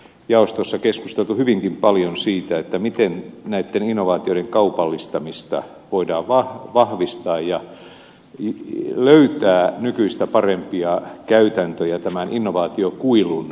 jaostossa on keskusteltu hyvinkin paljon siitä miten näitten innovaatioiden kaupallistamista voidaan vahvistaa ja voidaan löytää nykyistä parempia käytäntöjä tämän innovaatiokuilun eliminoimiseksi